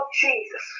Jesus